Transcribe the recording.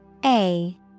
-A